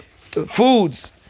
foods